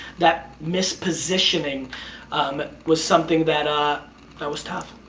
that mis-positioning was something that, ah that was tough.